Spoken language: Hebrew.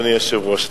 אדוני היושב-ראש,